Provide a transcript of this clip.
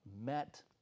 met